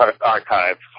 Archives